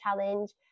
challenge